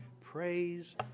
Praise